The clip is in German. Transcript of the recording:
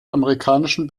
amerikanischen